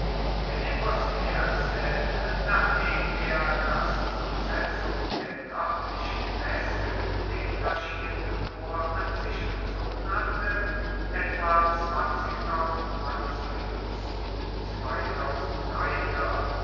philippos heer zaehlte nachdem er das zur besetzung der noerdlichen paesse detachierte korps an sich gezogen hatte etwa mann zu fuss und reiter